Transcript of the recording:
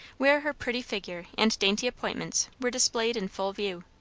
where her pretty figure and dainty appointments were displayed in full view.